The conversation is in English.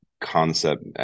concept